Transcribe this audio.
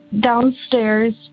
downstairs